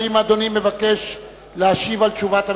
האם אדוני מבקש להשיב על תשובת הממשלה,